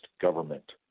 government